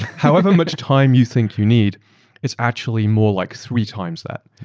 however much time you think you need is actually more like three times that.